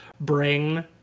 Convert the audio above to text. bring